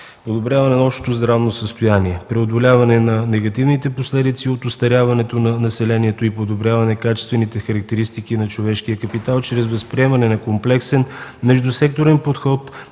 подобряване на общото здравно състояние, преодоляване на негативните последици от остаряването на населението и подобряване качествените характеристики на човешкия капитал чрез възприемане на комплексен междусекторен подход